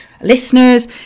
listeners